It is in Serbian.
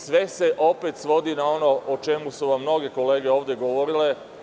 Sve se opet svodi na ono o čemu su vam mnoge kolege ovde govorile.